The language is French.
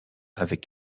avec